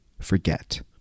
Forget